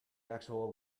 actual